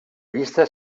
llista